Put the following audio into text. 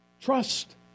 Trust